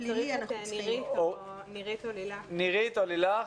נירית או לילך.